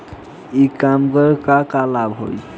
ई कॉमर्स क का लाभ ह?